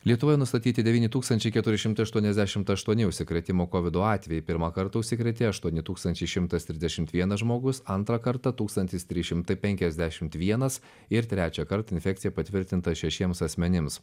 lietuvoje nustatyti devyni tūkstančiai keturi šimtai aštuoniasdešimt aštuoni užsikrėtimo kovidu atvejai pirmą kartą užsikrėtė aštuoni tūkstančiai šimtas trisdešimt vienas žmogus antrą kartą tūkstantis trys šimtai penkiasdešimt vienas ir trečiąkart infekcija patvirtinta šešiems asmenims